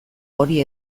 hori